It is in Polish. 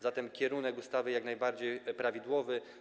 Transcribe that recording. Zatem kierunek ustawy jest jak najbardziej prawidłowy.